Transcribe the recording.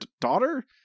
daughter